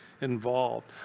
involved